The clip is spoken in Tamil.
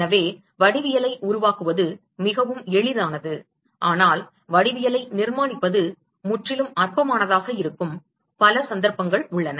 எனவே வடிவவியலை உருவாக்குவது மிகவும் எளிதானது ஆனால் வடிவவியலை நிர்மாணிப்பது முற்றிலும் அற்பமானதாக இருக்கும் பல சந்தர்ப்பங்கள் உள்ளன